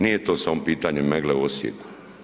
Nije to samo pitanje Megglea u Osijeku.